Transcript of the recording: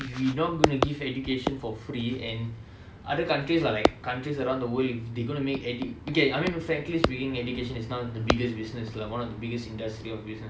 we not gonna give education for free and other countries lah like countries around the world they gonna make edu~ okay I mean frankly speaking education is now the biggest business lah one of the biggest industrial of business